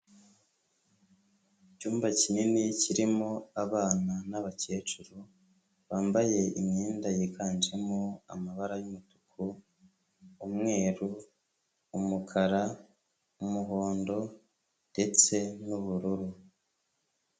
Icyumba kinini kirimo abana n'abakecuru, bambaye imyenda yiganjemo amabara y'umutuku, umweru, umukara, umuhondo ndetse n'ubururu.